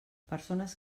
persones